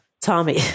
Tommy